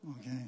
Okay